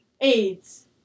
AIDS